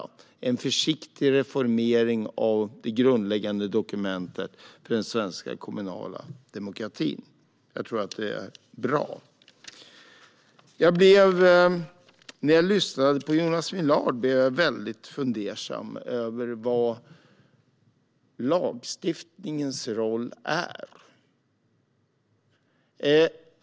Det är en försiktig reformering av det grundläggande dokumentet för den svenska kommunala demokratin. När jag lyssnade på Jonas Millard blev jag väldigt fundersam över vad som är lagstiftningens roll.